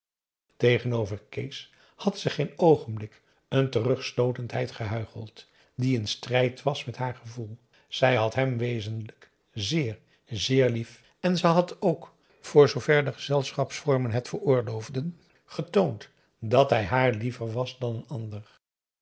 tegenover kees had ze geen oogenblik een terugstootendheid gehuicheld die in strijd was met haar gevoel zij had hem wezenlijk zeer zeer lief en ze had ook voor zoover de gezelschapsvormen het veroorloofden getoond dat hij haar liever was dan een ander